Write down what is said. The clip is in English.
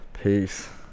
Peace